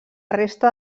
resta